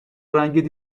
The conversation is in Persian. رنگت